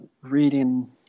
reading